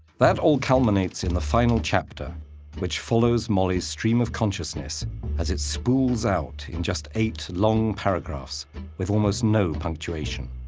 that all culminates in the final chapter which follows molly's stream of consciousness as it spools out in just eight long paragraphs with almost no punctuation.